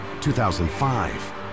2005